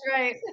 right